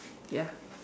ya